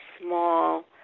small